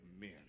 men